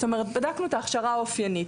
כלומר בדקנו את ההכשרה האופיינית,